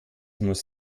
muss